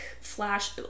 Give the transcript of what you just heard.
flash